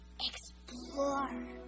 Explore